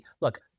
look